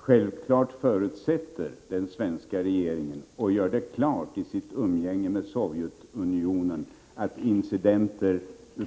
Herr talman! Självfallet förutsätter den svenska regeringen — och gör det klart i sina underhandlingar med Sovjetunionen — att incidenter